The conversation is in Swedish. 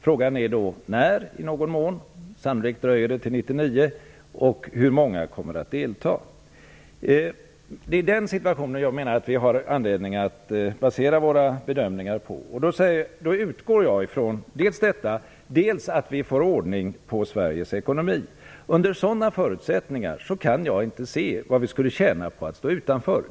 Frågan är då i någon mån när - sannolikt dröjer det till 1999 - och hur många som kommer att delta. Det är den situationen, menar jag, som vi har anledning att basera våra bedömningar på. Då utgår jag från att vi får ordning på Sveriges ekonomi. Under sådana förutsättningar kan jag inte se vad vi skulle tjäna på att stå utanför.